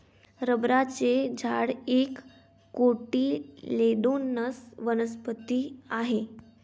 रबराचे झाड एक कोटिलेडोनस वनस्पती आहे